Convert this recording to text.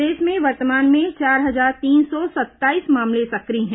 प्रदेश में वर्तमान में चार हजार तीन सौ सत्ताईस मामले सक्रिय हैं